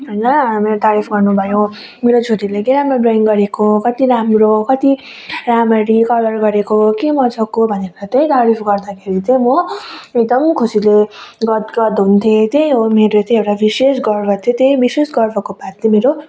होइन मेरो तारिफ गर्नु भयो मेरो छोरीले के राम्रो ड्रइङ गरेको कति राम्रो कति राम्ररी कलर गरेको के मजाको भनेर त्यही तारिफ गर्दाखेरि चाहिँ म एकदम खुसीले गद गद हुन्थेँ त्यही हो मेरो चाहिँ एउटा विशेष गर्व थियो विशेष गर्वको बात त्यो मेरो